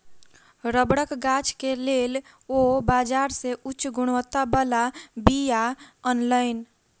रबड़क गाछ के लेल ओ बाजार से उच्च गुणवत्ता बला बीया अनलैन